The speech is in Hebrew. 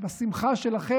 בשמחה שלכם,